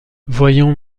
voyons